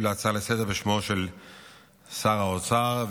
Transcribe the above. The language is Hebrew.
על ההצעה לסדר-היום בשמו של שר האוצר,